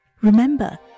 Remember